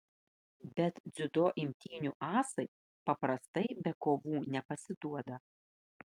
bet dziudo imtynių asai paprastai be kovų nepasiduoda